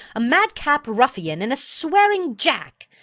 a mad-cap ruffian and a swearing jack,